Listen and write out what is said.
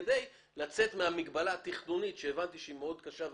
כדי לצאת מהמגבלה התכנונית שהבנתי שהיא מאוד קשה ומורכבת.